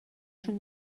شون